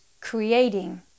creating